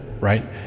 right